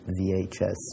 VHS